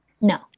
No